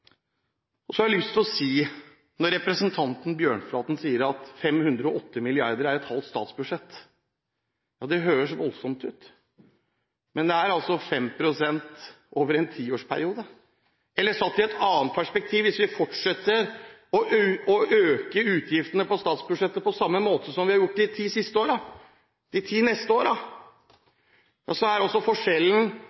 saken. Så har jeg lyst til å si til representanten Bjørnflaten som sier at 508 mrd. kr er et halvt statsbudsjett: Ja, det høres voldsomt ut, men det er altså 5 pst. over en tiårsperiode. Eller satt i et annet perspektiv: Hvis vi fortsetter å øke utgiftene på statsbudsjettet på samme måte som vi har gjort de ti siste årene, de ti neste